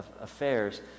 affairs